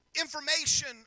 information